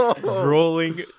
rolling